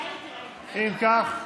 אם כך,